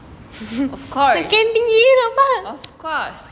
of course of course